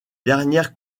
dernières